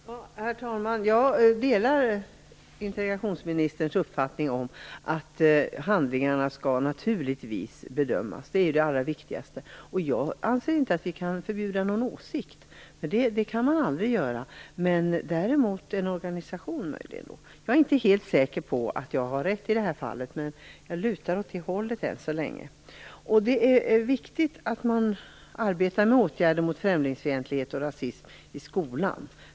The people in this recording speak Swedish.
Herr talman! Jag delar integrationsminsterns uppfattning att handlingarna naturligtvis skall bedömas. Det är det allra viktigaste. Jag anser inte att vi kan förbjuda någon åsikt. Det kan man aldrig göra. Däremot kan man möjligen förbjuda en organisation. Jag är inte helt säker på att jag har rätt i det fallet, men jag lutar än så länge åt det hållet. Det är viktigt att man arbetar med åtgärder mot främlingsfientlighet och rasism i skolan.